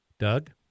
Doug